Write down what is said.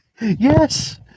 yes